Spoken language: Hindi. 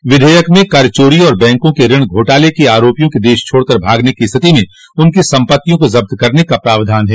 इस विधेयक में कर चोरी और बैंकों के ऋण घोटाले के आरोपियों के देश छोड़कर भागने की स्थिति में उनकी सम्पतियों को जब्त करने का प्रावधान किया गया है